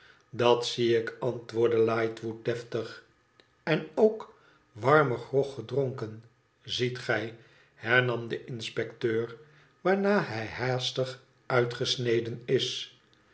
dat zie ik antwoordde lightwood deftig n k warmen prog gedronken ziet gij hernam de inspecteur waarna hij haastig uitgesneden is